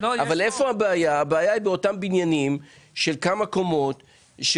הבעיה היא בבניינים של כמה קומות.